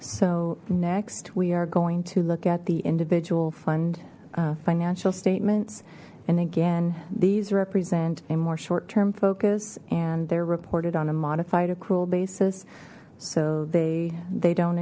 so next we are going to look at the individual fund financial statements and again these represent a more short term focus and they're reported on a modified accrual basis so they they don't